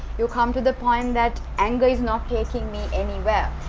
you come to the point that anger is not taking me anywhere.